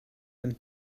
him